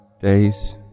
Days